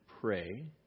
pray